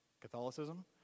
Catholicism